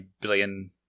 billion